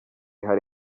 hari